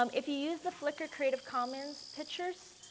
um if we use the flickr creative commons pictures,